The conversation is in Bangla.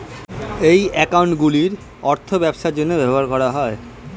এই অ্যাকাউন্টগুলির অর্থ ব্যবসার জন্য ব্যবহার করা হয়